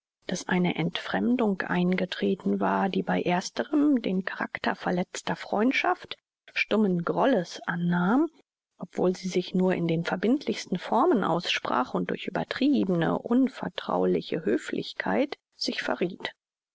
daß eine entfremdung eingetreten war die bei ersterem den charakter verletzter freundschaft stummen grolles annahm obwohl sie sich nur in den verbindlichsten formen aussprach und durch übertriebene unvertrauliche höflichkeit sich verrieth